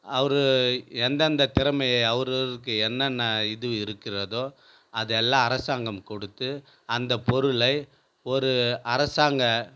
அவரு எந்தெந்த திறமையை அவர்களுக்கு என்னென்ன இது இருக்கிறதோ அதெல்லாம் அரசாங்கம் குடுத்து அந்த பொருளை ஒரு அரசாங்கம்